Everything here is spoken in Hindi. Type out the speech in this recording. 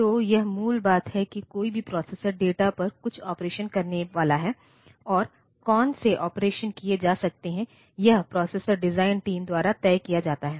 तो यह मूल बात है कि कोई भी प्रोसेसर डेटा पर कुछ ऑपरेशन करने वाला है और कौन से ऑपरेशन किए जा सकते हैं यह प्रोसेसर डिजाइन टीम द्वारा तय किया जाता है